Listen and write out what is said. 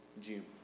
June